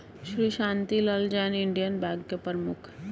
Shri Shantilal Jain Indian bank के प्रमुख है